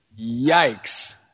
yikes